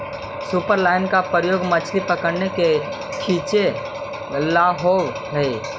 superline का प्रयोग मछली पकड़ने व खींचे ला होव हई